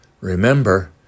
Remember